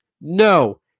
No